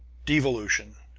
devolution!